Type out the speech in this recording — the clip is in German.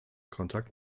kontakt